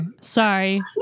Sorry